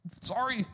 Sorry